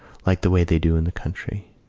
like the way they do in the country.